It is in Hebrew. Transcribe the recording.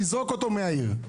לזרוק אותו מהעיר.